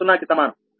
0 కి సమానం